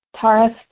Taurus